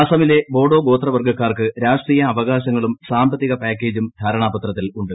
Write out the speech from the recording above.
അസമിലെ ബോഡോ ഗ്രോതവർഗ്ഗക്കാർക്ക് രാഷ്ട്രീയ അവകാശങ്ങളും സാമ്പത്തിക പാക്കേജും ധാരണാപത്രത്തിൽ ഉണ്ട്